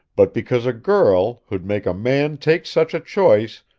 but because a girl, who'd make a man take such a choice,